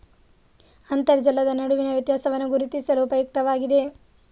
ಅಂತರ್ಜಲದ ನಡುವಿನ ವ್ಯತ್ಯಾಸವನ್ನು ಗುರುತಿಸಲು ಉಪಯುಕ್ತವಾಗಿದೆ